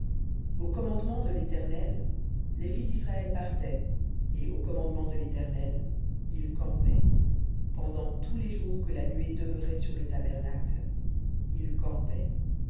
au commandement de l'éternel les fils d'israël partaient et au commandement de l'éternel ils campaient pendant tous les jours que la nuée demeurait sur le tabernacle ils campaient